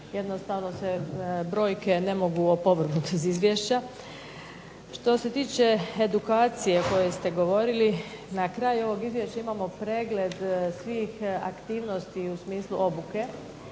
jednostavno se brojke ne mogu opovrgnuti iz izvješća. Što se tiče edukacije o kojoj ste govorili – na kraju ovog izvješća imamo pregled svih aktivnosti u smislu obuke